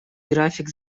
график